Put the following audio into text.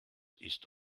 ist